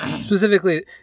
Specifically